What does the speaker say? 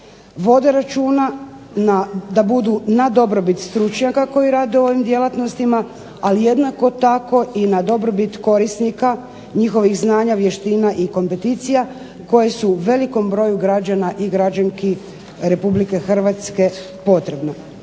vode računa da rade na dobrobit stručnjaka koji rade u ovim djelatnostima ali jednako tako i na dobrobit korisnika, njihovih znanja, vještina i kompeticija koji su velikom broju građana i građanki Republike Hrvatske potrebne.